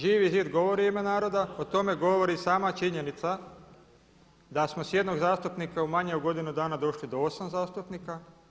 Živi zid govori u ime naroda, o tome govori sama činjenica da smo s jednog zastupnika u manje od godinu dana došli do 8 zastupnika.